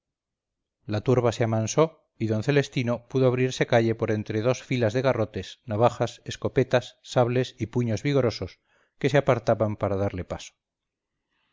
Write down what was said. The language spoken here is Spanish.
la turba se amansó y d celestino pudo abrirse calle por entre dos filas de garrotes navajas escopetas sables y puños vigorosos que se apartaban para darle paso